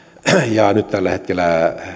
nyt tällä hetkellä